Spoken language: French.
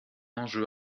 enjeu